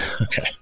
Okay